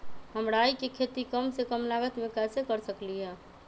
हम राई के खेती कम से कम लागत में कैसे कर सकली ह?